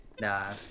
nah